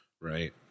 Right